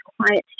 quiet